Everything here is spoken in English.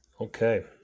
Okay